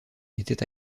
était